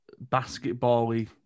basketball-y